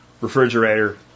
refrigerator